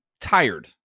tired